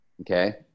okay